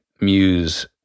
Muse